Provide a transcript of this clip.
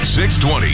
620